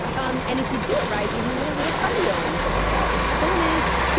and and if you do it right, you can get a little cardio in for the day. bonus!